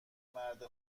مرد